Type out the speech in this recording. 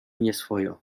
nieswojo